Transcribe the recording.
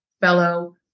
fellow